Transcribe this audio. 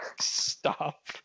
Stop